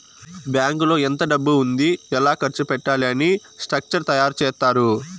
బ్యాంకులో ఎంత డబ్బు ఉంది ఎలా ఖర్చు పెట్టాలి అని స్ట్రక్చర్ తయారు చేత్తారు